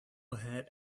ahead